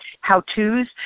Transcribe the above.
how-tos